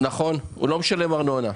נכון, הוא לא משלם ארנונה.